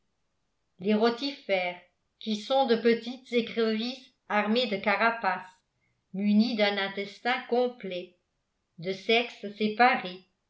les rotifères qui sont de petites écrevisses armées de carapace munies d'un intestin complet de sexes séparés